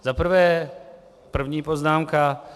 Zaprvé, první poznámka.